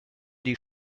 die